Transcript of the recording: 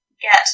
get